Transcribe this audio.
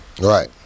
Right